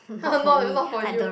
not not for you